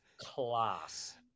class